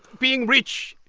being rich,